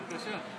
בבקשה.